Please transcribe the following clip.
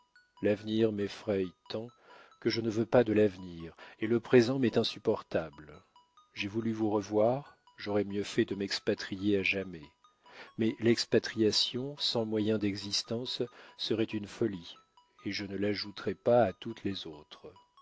l'avenir m'effraye tant que je ne veux pas de l'avenir et le présent m'est insupportable j'ai voulu vous revoir j'aurai mieux fait de m'expatrier à jamais mais l'expatriation sans moyens d'existence serait une folie et je ne l'ajouterai pas à toutes les autres